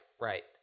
right